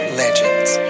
legends